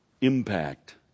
impact